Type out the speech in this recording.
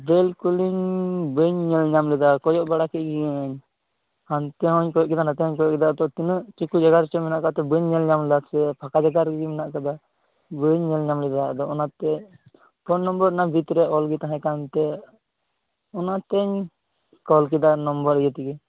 ᱵᱮᱹᱞ ᱠᱚᱞᱤᱝ ᱵᱟᱹᱧ ᱧᱮᱞ ᱧᱟᱢ ᱞᱮᱫᱟ ᱠᱚᱭᱚᱜ ᱵᱟᱲᱟᱜ ᱠᱮᱫ ᱜᱮᱭᱟᱹᱧ ᱦᱟᱱᱛᱮ ᱦᱚᱧ ᱠᱚᱭᱚᱜ ᱠᱮᱫᱟ ᱱᱟᱛᱮ ᱦᱚᱧ ᱠᱚᱭᱚᱜ ᱠᱮᱫᱟ ᱟᱫᱚ ᱛᱤᱱᱟᱹᱜ ᱪᱩᱠᱩ ᱡᱟᱜᱟ ᱨᱮᱪᱚ ᱢᱮᱱᱟᱜ ᱟᱠᱟᱫᱟᱫ ᱛᱮ ᱵᱟᱹᱧ ᱧᱮᱞ ᱧᱟᱢᱞᱮᱫᱟ ᱥᱮ ᱯᱷᱟᱠᱟ ᱡᱟᱜᱟ ᱨᱮᱜᱮ ᱢᱮᱱᱟᱜ ᱟᱠᱟᱫᱟ ᱵᱟᱹᱧ ᱧᱮᱞ ᱧᱟᱢ ᱞᱮᱫᱟ ᱟᱫᱚ ᱚᱱᱟᱛᱮ ᱯᱷᱳᱱ ᱱᱚᱢᱵᱚᱨ ᱚᱱᱟ ᱵᱷᱤᱛᱨᱮ ᱚᱞ ᱜᱮ ᱛᱟᱦᱮᱸ ᱠᱟᱱᱛᱮ ᱚᱱᱟᱛᱤᱧ ᱠᱚᱞ ᱠᱮᱫᱟ ᱱᱚᱢᱵᱚᱨ ᱤᱭᱟᱹ ᱛᱮᱜᱮ